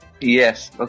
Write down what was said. Yes